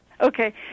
Okay